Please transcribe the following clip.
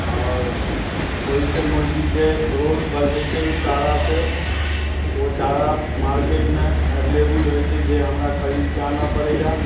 आओर ओहिसे मुर्गीके ग्रोथ बढ़ै छै ओहि चारा से ओ चारा मार्केटमे एवलेबुल होइ छै जे हमरा खरीदके आनऽ पड़ैया